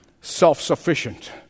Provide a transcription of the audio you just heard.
self-sufficient